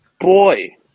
Boy